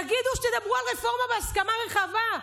תגידו שתדברו על רפורמה בהסכמה רחבה.